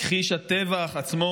מכחיש הטבח עצמו,